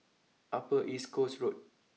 Upper East Coast Road